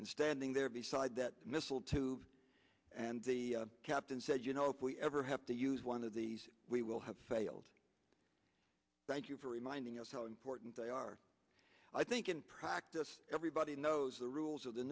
and standing there beside that missile tube and the captain said you know if we ever have to use one of these we will have failed thank you for reminding us how important they are i think in practice everybody knows the rules of the